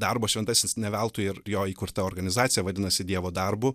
darbo šventasis ne veltui ir jo įkurta organizacija vadinasi dievo darbu